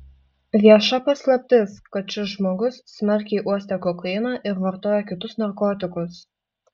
vieša paslaptis kad šis žmogus smarkiai uostė kokainą ir vartojo kitus narkotikus